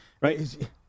right